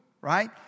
right